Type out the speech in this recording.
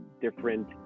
different